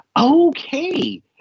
Okay